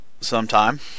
sometime